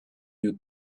you